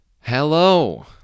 hello